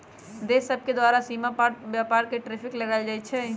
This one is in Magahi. देश सभके द्वारा सीमा पार व्यापार पर टैरिफ लगायल जाइ छइ